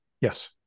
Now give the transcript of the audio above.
yes